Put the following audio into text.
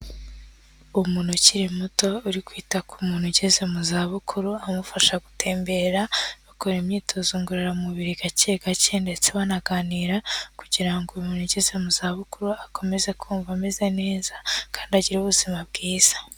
Umuntu ukiri muto uri kwita ku muntu ugeze mu zabukuru amufasha gutembera, bakora imyitozo ngororamubiri gake gake ndetse banaganira kugira ngo uyu muntu ugeze mu zabukuru akomeze kumva ameze neza kandi agire ubuzima bwiza.